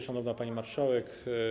Szanowna Pani Marszałek!